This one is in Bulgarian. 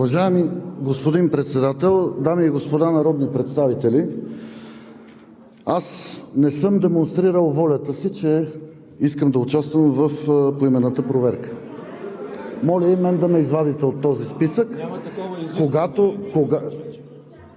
Уважаеми господин Председател, дами и господа народни представители! Аз не съм демонстрирал волята си, че искам да участвам в поименната проверка. Моля и мен да ме извадите от този списък.